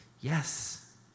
yes